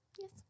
Yes